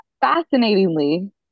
fascinatingly